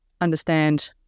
understand